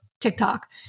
TikTok